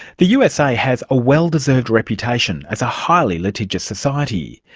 the usa has a well-deserved reputation as a highly litigious society.